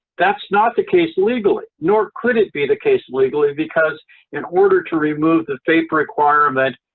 that's not the case legally nor could it be the case legally because in order to remove the fape requirement,